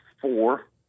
four